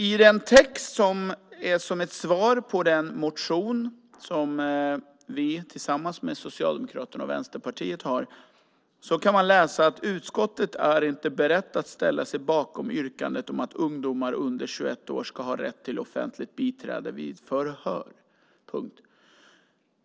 I den text som är som ett svar på den motion som vi har tillsammans med Socialdemokraterna och Vänsterpartiet kan man läsa att utskottet inte är berett att ställa sig bakom yrkandet om att ungdomar under 21 år ska ha rätt till offentligt biträde vid förhör.